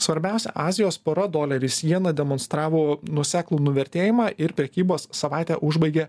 svarbiausia azijos pora doleris jena demonstravo nuoseklų nuvertėjimą ir prekybos savaitę užbaigė